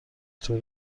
طور